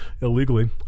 illegally